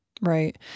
Right